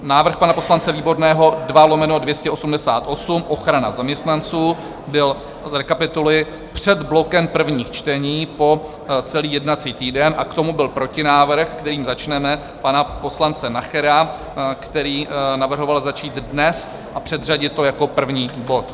Návrh pana poslance Výborného 2/288, ochrana zaměstnanců, byl zrekapituluji před blokem prvních čtení po celý jednací týden a k tomu byl protinávrh, kterým začneme, pana poslance Nachera, který navrhoval začít dnes a předřadit to jako první bod.